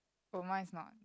oh mine is not